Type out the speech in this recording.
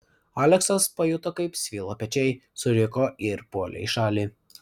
aleksas pajuto kaip svyla pečiai suriko ir puolė į šalį